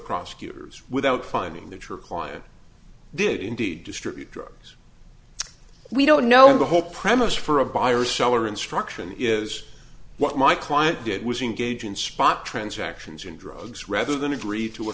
prosecutors without finding that your client did indeed distribute drugs we don't know the whole premise for a buyer or seller instruction is what my client did was engage in spot transactions in drugs rather than agree to a